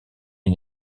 est